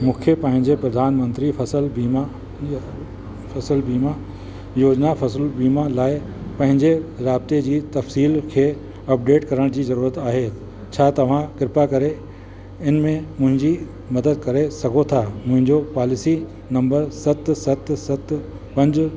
मूंखे पंहिंजे प्रधान मंत्री फ़सुलु बीमा फ़सुलु बीमा योजना फ़सुलु बीमा लाइ पंहिंजे राबते जी तफ़सील खे अपडेट करण जी ज़रूरत आहे छा तव्हां कृपा करे इन में मुंजी मदद करे सघो था मुंहिंजो पॉलिसी नंबर सत सत सत पंज